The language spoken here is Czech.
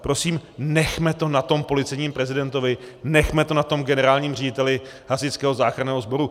Prosím, nechme to na tom policejním prezidentovi, nechme to na tom generálním řediteli Hasičského záchranného sboru.